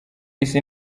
isi